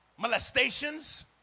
Molestations